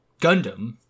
Gundam